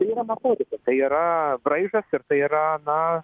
tai yra metodika tai yra braižas ir tai yra na